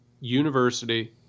university